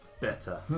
Better